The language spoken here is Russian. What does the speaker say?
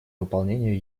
выполнение